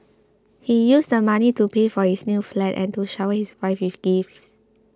he used the money to pay for his new flat and to shower his wife with gifts